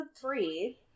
three